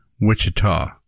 Wichita